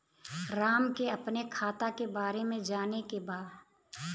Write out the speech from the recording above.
राम के अपने खाता के बारे मे जाने के बा?